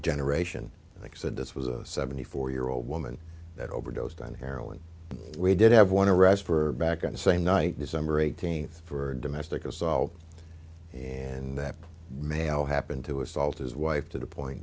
generation i think said this was a seventy four year old woman that overdosed on heroin we did have one arrest for back on the same night december eighteenth for domestic assault and that male happened to assault his wife to the point